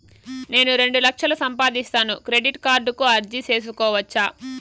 నేను రెండు లక్షలు సంపాదిస్తాను, క్రెడిట్ కార్డుకు అర్జీ సేసుకోవచ్చా?